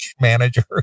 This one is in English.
manager